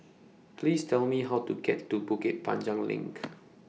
Please Tell Me How to get to Bukit Panjang LINK